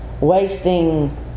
wasting